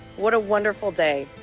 what a wonderful day.